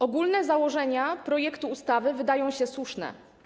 Ogólne założenia projektu ustawy wydają się słuszne.